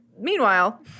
Meanwhile